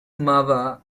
mother